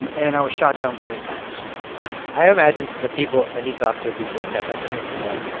and and i was shot down very fast i imagine the people that he talks to at these big tech companies are, like,